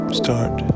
start